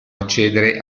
accedere